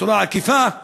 בצורה עקיפה,